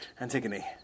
Antigone